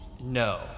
No